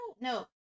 No